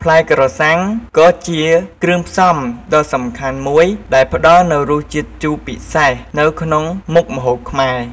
ផ្លែក្រសាំងក៏ជាគ្រឿងផ្សំដ៏សំខាន់មួយដែលផ្តល់នូវរសជាតិជូរពិសេសនៅក្នុងមុខម្ហូបខ្មែរ។